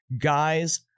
Guys